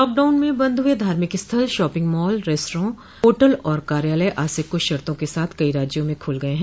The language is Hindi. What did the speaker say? लॉकडाउन में बंद हुए धार्मिक स्थल शॉपिंग मॉल रेस्त्रां होटल और कार्यालय आज से कुछ शर्तों के साथ कई राज्यों में खुल गए हैं